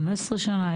15 שנה,